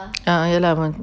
ah yes lah